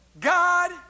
God